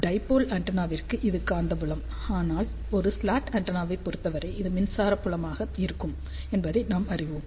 dipole ஆண்டெனாவிற்கு இது காந்தப்புலம் ஆனால் ஒரு ஸ்லாட் ஆண்டெனாவைப் பொறுத்தவரை அது மின்சார புலமாக இருக்கும் என்பதை நாம் அறிவோம்